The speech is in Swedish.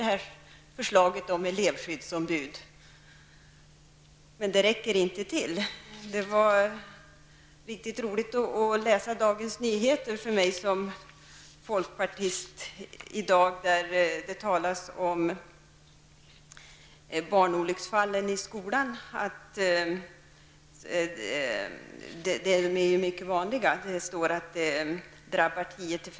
Det dröjde tio år, innan man kom med ett förslag om elevskyddsombud. Men detta räcker inte. För mig som folkpartist har det varit riktigt roligt att läsa dagens DN. Det är mycket vanligt med barnolycksfall i skolan.